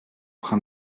train